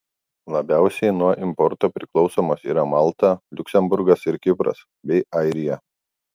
labiausiai nuo importo priklausomos yra malta liuksemburgas ir kipras bei airija